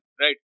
Right